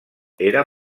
era